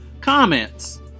comments